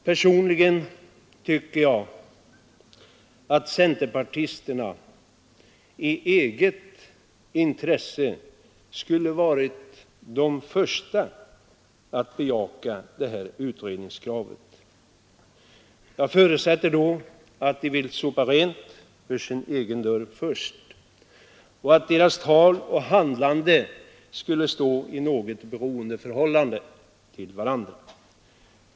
Personligen tycker jag att centerpartisterna i eget intresse skulle ha varit de första att bejaka utredningskravet. Jag förutsätter då att de vill sopa rent för egen dörr först och att deras tal och handlande står i något beroendeförhållande till varandra.